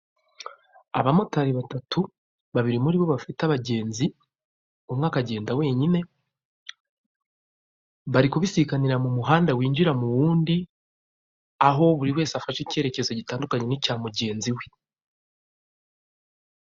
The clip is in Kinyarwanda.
Abamotari batatu babiri muri bo bafite abagenzi umwe akagenda wenyine bari kubisikanira mumuhanda winjira muwundi aho buri wese afashe icyerekezo gitandukanye nicya mugenzi we.